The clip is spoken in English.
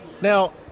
Now